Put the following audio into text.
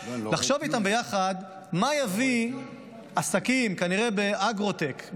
לחשוב איתם ביחד מה יביא עסקים כנראה באגרוטק,